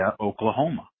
Oklahoma